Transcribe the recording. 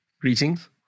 greetings